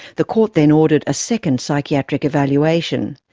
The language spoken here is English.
the court then ordered a second psychiatric evaluation.